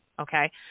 okay